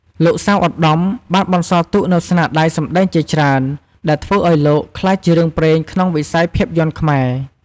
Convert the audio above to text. លោក សៅ ឧត្តម បានបន្សល់ទុកនូវស្នាដៃសម្តែងជាច្រើន ដែលធ្វើឱ្យលោកក្លាយជារឿងព្រេងក្នុងវិស័យភាពយន្តខ្មែរ។